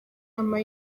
nama